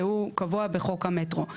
והוא קבוע בחוק המטרו.